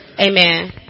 Amen